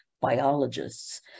biologists